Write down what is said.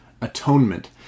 Atonement